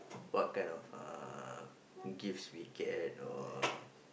what kind of uh gifts we get or